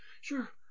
sure